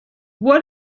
what